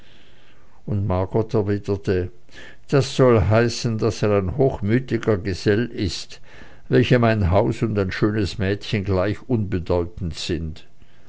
und margot erwiderte das soll heißen daß er ein hochmütiger gesell ist welchem ein haus und ein schönes mädchen gleich unbedeutend sind